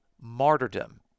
martyrdom